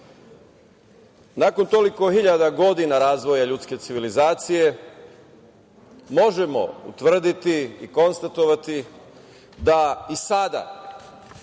toliko hiljada godina razvoja ljudske civilizacije možemo utvrditi i konstatovati da i sada